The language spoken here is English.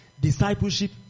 discipleship